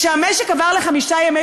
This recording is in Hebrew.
כשהמשק עבר לחמישה ימי